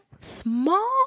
small